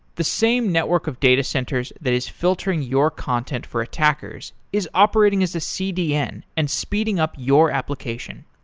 the same network of data centers that is filtering your content for attackers is operating as a cdn and speeding up your application.